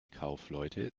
kaufleute